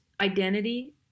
identity